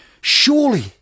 Surely